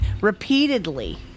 repeatedly